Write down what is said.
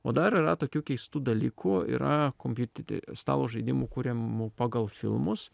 o dar yra tokių keistų dalykų yra kompiutiti stalo žaidimų kuriamų pagal filmus